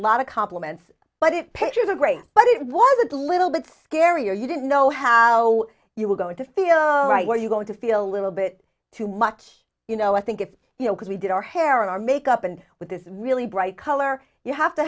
lot of compliments but it paid you the great but it was a little bit scary or you didn't know how you were going to feel right what are you going to feel a little bit too much you know i think it's you know because we did our hair our makeup and with this really bright color you have to